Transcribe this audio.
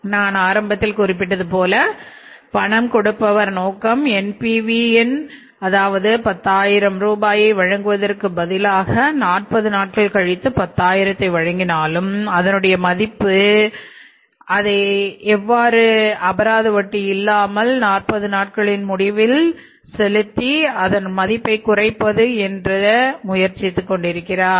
நான் ஆரம்பத்தில் குறிப்பிட்டது போல பணம் கொடுப்பவர் நோக்கம் NPV என் அதாவது 10000 ரூபாயை வழங்குவதற்கு பதிலாக 40 நாட்கள் கழித்து 10 ஆயிரத்தை வழங்கினாலும் அதனுடைய மதிப்பு தெய்வம் அதை அறிந்து கொண்டு அபராத வட்டி இல்லாமல் நாற்பது நாட்களின் முடிவில் அந்த பணத்தை செலுத்த முற்படுகிறார்கள்